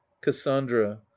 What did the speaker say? cassandra